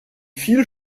viel